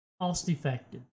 cost-effective